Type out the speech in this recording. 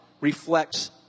reflects